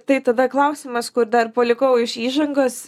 tai tada klausimas kur dar palikau iš įžangos